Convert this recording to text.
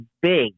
big